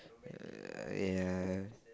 yeah